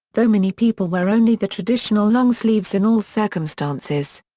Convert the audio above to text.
though many people wear only the traditional long sleeves in all circumstances.